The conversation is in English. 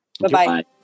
Bye-bye